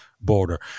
border